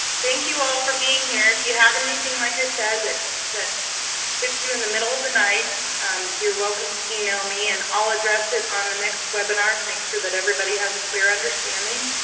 thank you all for being here. if you have anything like i said that that hits you in the middle of the night you're welcome to email me and i'll address it on the next webinar. to make sure that everybody has a clear understanding